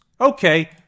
Okay